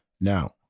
Now